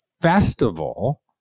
festival